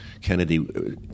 Kennedy